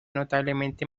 notablemente